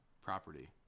property